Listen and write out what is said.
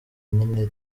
nyine